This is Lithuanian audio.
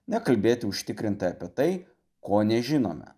nekalbėti užtikrintai apie tai ko nežinome